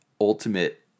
ultimate